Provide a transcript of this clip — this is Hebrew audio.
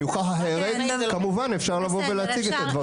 אם יוכח אחרת, כמובן אפשר לבוא ולהציג את הדברים.